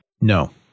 No